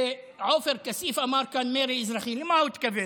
כשעופר כסיף אמר כאן "מרי אזרחי", למה הוא התכוון?